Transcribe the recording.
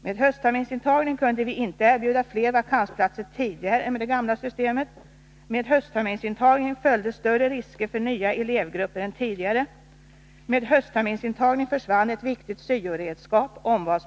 Med ht-intagning kunde vi inte erbjuda fler vakansplatser tidigare än med det gamla systemet. Med ht-intagningen följde större risker för nya elevgrupper än tidigare. Med ht-intagning försvann ett viktigt syo-redskap .